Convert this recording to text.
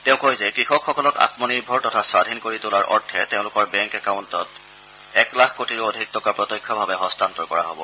তেওঁ কয় যে কৃষকসকলক আমনিৰ্ভৰ তথা স্বাধীন কৰি তোলাৰ অৰ্থে তেওঁলোকৰ বেংক একাউণ্টত এক লাখ কোটিৰো অধিক টকা প্ৰত্যক্ষভাৱে হস্তান্তৰ কৰা হ'ব